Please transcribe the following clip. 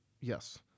Yes